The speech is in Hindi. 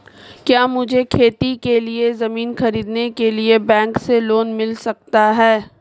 क्या मुझे खेती के लिए ज़मीन खरीदने के लिए बैंक से लोन मिल सकता है?